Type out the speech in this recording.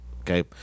Okay